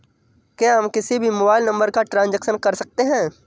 क्या हम किसी भी मोबाइल नंबर का ट्रांजेक्शन कर सकते हैं?